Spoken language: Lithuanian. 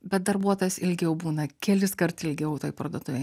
bet darbuotojas ilgiau būna keliskart ilgiau toj parduotuvėj